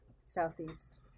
Southeast